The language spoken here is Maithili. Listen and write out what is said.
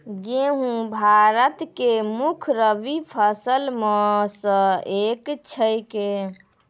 गेहूँ भारत के मुख्य रब्बी फसल मॅ स एक छेकै